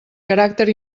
caràcter